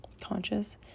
conscious